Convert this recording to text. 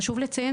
חשוב לציין